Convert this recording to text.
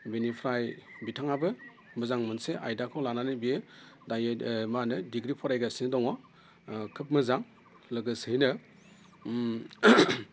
बेनिफ्राय बिथाङाबो मोजां मोनसे आयदाखौ लानानै बियो दायो मा होनो डिग्रि फरायगासिनो दङ खोब मोजां लोगोसेयैनो